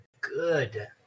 good